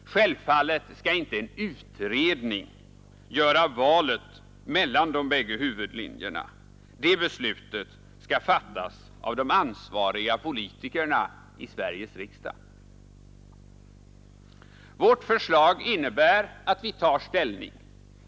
Självfallet skall inte en utredning göra valet mellan de bägge huvudlinjerna. Det beslutet skall fattas av de ansvariga politikerna i Sveriges riksdag. Vårt förslag innebär att vi tar ställning.